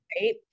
Right